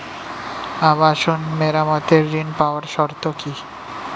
আবাসন মেরামতের ঋণ পাওয়ার শর্ত কি?